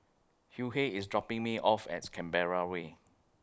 Hughey IS dropping Me off At Canberra Way